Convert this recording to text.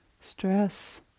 stress